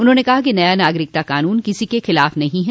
उन्होंने कहा कि नया नागरिकता क़ानून किसी के खिलाफ नहीं है